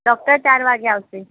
doctor ચાર વાગ્યે આવશે